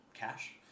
cash